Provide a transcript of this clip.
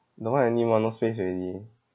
don't want any more no space already